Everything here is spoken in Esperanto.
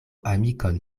amikon